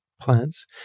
plants